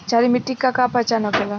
क्षारीय मिट्टी के का पहचान होखेला?